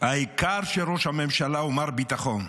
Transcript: העיקר שראש הממשלה הוא מר ביטחון.